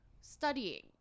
studying